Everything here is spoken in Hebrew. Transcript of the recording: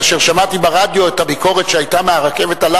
כאשר שמעתי ברדיו את הביקורת שהיתה עליו מהרכבת,